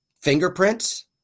fingerprints